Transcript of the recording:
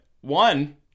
one